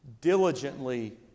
diligently